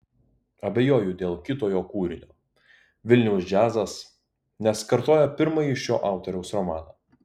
abejoju dėl kito jo kūrinio vilniaus džiazas nes kartoja pirmąjį šio autoriaus romaną